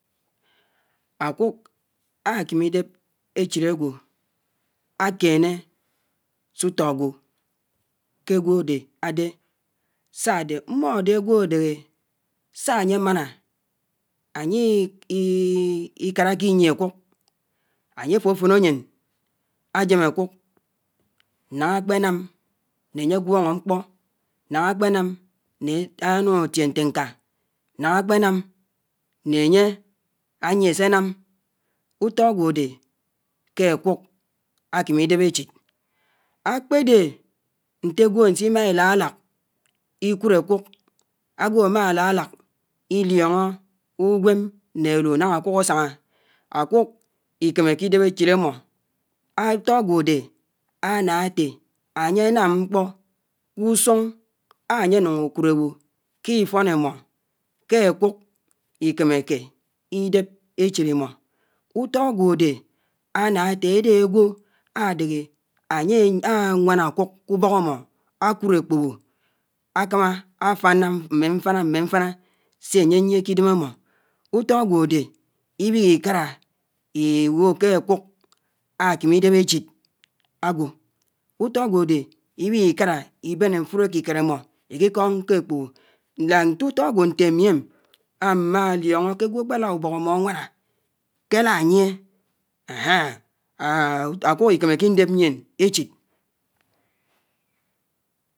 Ákùk ákèmi dèp échid ágwò ákènè sùtó ágwò ké ágwò ádè sá ádè mmódè ágwò ádèhè sá ányè ámáná ányè ikárákè inyiè ákùk, ányè áfòfòn ányén ájèm ákùk nágná ákpè nám né ányè agwóñó mkpò, nághà ákpè nám né ánùn átiẽ ntẽ nká, nághá ákpè nám né ányè ányiè sé nám utó ágwò dè ké ákùk ákèmi dèp échid. Ákpèdè nte ágwò ánsimá ikálák ikùd ákùk, ágwò ámá lálák idióngó ùwém né élù nághá ákùk ágwò ámá lálák idióngó ùwém né élù nághá ákùk ásáñá ákùk ikèmèkè idèp échid ámò. ùtó áwò ádè áná átè ányè ánám mkpò k’ùsùng ányè nuñò ákud ábò ké ifón imó ké ákùk ikèmèkè idèp échidcimó, utó ágwò áná áté ádè ágwò ádèhè ányè ánwáná ákuk k’ùbòk ámò, ákùd ákpògò, ákámá áfáñá mfáná, mè mfáná sé ányè ányiè k’ùwém ámò, útó ágwò ádè ibihi’kárá ibó ké ákuk ákèmi dép áchid ágwò utó ágwò ádè ibihi’kárá ibén ãfud ákikèrè ámò ikikóñ ké ákpògò. Nká nté ùtó ágwò ámi m ámmá lioño ke ágwò ákpè lad ubók ámò ánwáná ké ala nyie Ákùk ikèmè kè indèp nyién échid.